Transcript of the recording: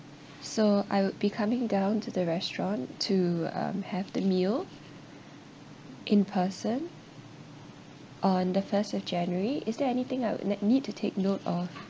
so I would be coming down to the restaurant to um have the meal in person on the first of january is there anything I would need to take note of